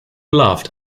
laughed